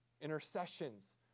intercessions